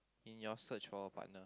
in your search for a partner